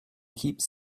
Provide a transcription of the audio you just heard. keeps